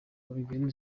oregon